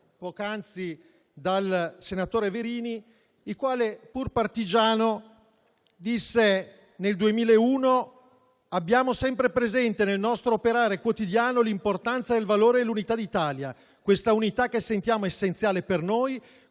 poc'anzi dal senatore Verini, il quale, pur partigiano, disse nel 2001: «Abbiamo sempre presente, nel nostro operare quotidiano, l'importanza del valore dell'unità dell'Italia. Questa unità che sentiamo essenziale per noi,